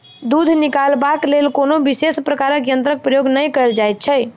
दूध निकालबाक लेल कोनो विशेष प्रकारक यंत्रक प्रयोग नै कयल जाइत छै